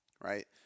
right